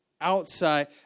Outside